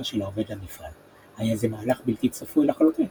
של העובד למפעל; היה זה מהלך בלתי צפוי לחלוטין